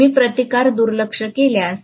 मी प्रतिकार दुर्लक्ष केल्यास